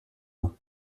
ans